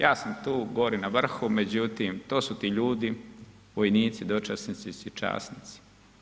Ja sam tu gore na vrhu, međutim, to su ti ljudi, vojnici, dočasnici, časnici.